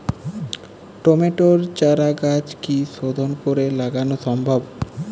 টমেটোর চারাগাছ কি শোধন করে লাগানো সম্ভব?